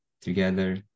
together